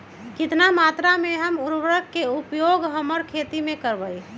कितना मात्रा में हम उर्वरक के उपयोग हमर खेत में करबई?